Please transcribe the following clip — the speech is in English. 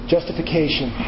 Justification